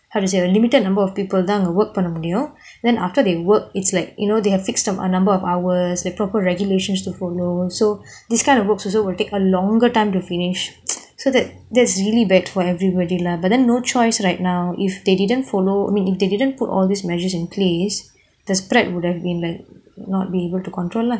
how to say ஒரு:oru a limited number of people தான் அங்க:thaan anga work பண்ண முடியும்:panna mudiyum then after they work it's like you know they have fixed number of hours like proper regulations to follow so these kind of works also will take a longer time to finish so that's like really bad for everybody lah but then no choice right now if they didn't follow I mean if they didn't put all these measures in place the spread would have been like not been able to control lah